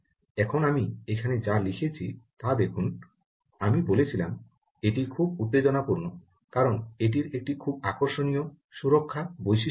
এখন আমি এখানে যা লিখেছি তা দেখুন আমি বলেছিলাম এটি খুব উত্তেজনাপূর্ণ কারণ এটির একটি খুব আকর্ষণীয় সুরক্ষা বৈশিষ্ট্য রয়েছে